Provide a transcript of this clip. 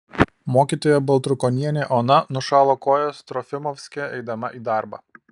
mokytoja baltrukonienė ona nušalo kojas trofimovske eidama į darbą